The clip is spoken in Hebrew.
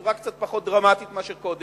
בצורה קצת פחות דרמטית מאשר קודם.